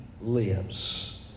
lives